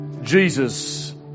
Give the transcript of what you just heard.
Jesus